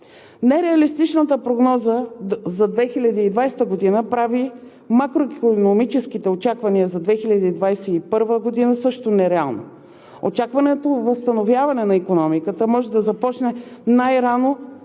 Нереалистичната прогноза за 2020 г. прави макроикономическите очаквания за 2021 г. също нереални. Очакваното възстановяване на икономиката може да започне най-рано